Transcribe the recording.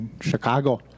Chicago